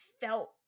felt